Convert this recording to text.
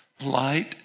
Light